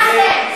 נמאסתם.